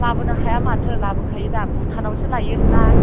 लाबोनो हाया माथो लाबोखायोदा भुटानावसो लायोब्ला